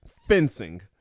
fencing